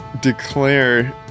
declare